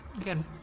Again